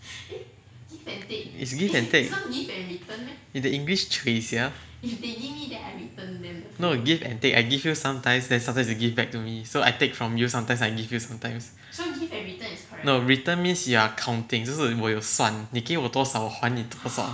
is give and take 你的 english cui sia no give and take I give you sometimes then sometimes you give back to me so I take from you sometimes I give you sometimes no return means you are counting 就是我有算你给我多少我还你多少